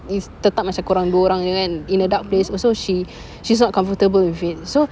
is tetap macam korang dua orang jer kan in a dark place also she she's not comfortable with it so